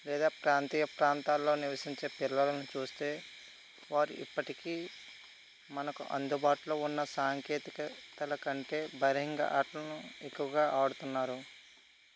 లేదా ప్రాంతీయ ప్రాంతాలలో నివసించే పిల్లలను చూస్తే వారు ఇప్పటికి మనకు అందుబాటులో ఉన్న సాంకేతికత గల కంటే బహిరంగ ఆటను ఎక్కువగా ఆడుతున్నారు